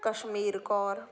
Kashmir Kaur